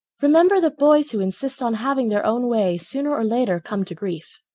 remember that boys who insist on having their own way, sooner or later come to grief.